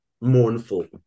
mournful